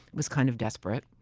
was kind of desperate.